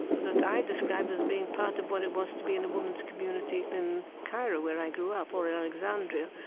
that i describe as being part of what it was to be in a women's community in cairo, where i grew up, or alexandria.